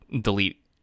delete